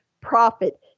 profit